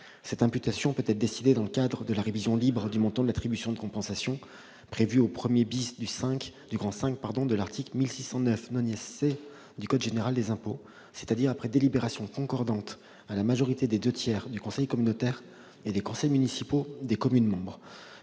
Cette imputation peut être décidée dans le cadre de la révision libre du montant de l'attribution de compensation prévue au 1 du V de l'article 1609 C du code général des impôts, c'est-à-dire après délibérations concordantes à la majorité des deux tiers du conseil communautaire et des conseils municipaux des communes membres.